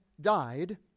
died